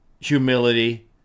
humility